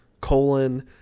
colon